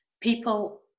people